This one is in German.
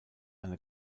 eine